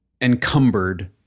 encumbered